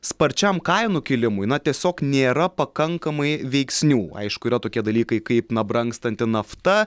sparčiam kainų kilimui na tiesiog nėra pakankamai veiksnių aišku yra tokie dalykai kaip na brangstanti nafta